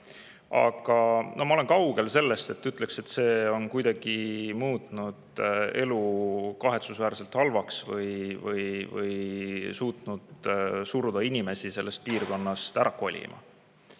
Aga ma olen kaugel sellest, et ütleks, et see on muutnud elu kahetsusväärselt halvaks või suutnud suruda inimesi sellest piirkonnast ära kolima.